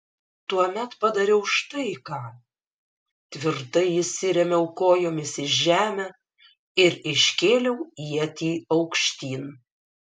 tuomet padariau štai ką tvirtai įsirėmiau kojomis į žemę ir iškėliau ietį aukštyn